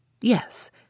Yes